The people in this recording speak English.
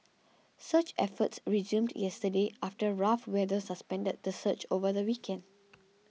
search efforts resumed yesterday after rough weather suspended the search over the weekend